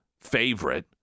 favorite